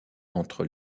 entre